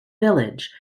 village